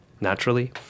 naturally